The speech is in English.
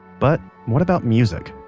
but what about music?